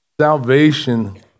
salvation